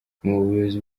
umuyobozi